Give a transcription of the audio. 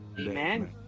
Amen